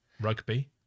Rugby